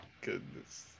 goodness